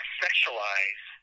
sexualize